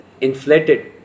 inflated